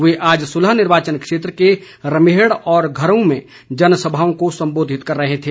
वे आज सुलह निर्वाचन क्षेत्र के रमेहड़ और घरहूं में जनसभाओं को संबोधित कर रहे थे